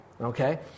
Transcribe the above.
Okay